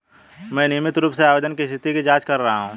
मैं नियमित रूप से आवेदन की स्थिति की जाँच कर रहा हूँ